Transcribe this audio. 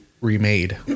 remade